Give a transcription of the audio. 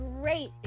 great